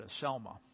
Selma